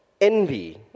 envy